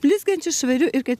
blizgančiu švariu ir kad